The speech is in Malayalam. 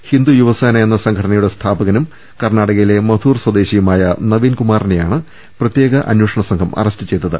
ഹിന്ദു യുവസേന എന്ന സംഘടനയുടെ സ്ഥാപകനും കർണാടകയിലെ മധൂർ സ്വദേശിയുമായ നവീൻ കുമാറിനെയാണ് പ്രത്യേക അന്വേഷണ സംഘം അറസ്റ്റ് ചെയ്തത്